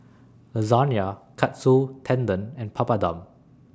Lasagna Katsu Tendon and Papadum